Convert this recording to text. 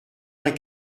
vingt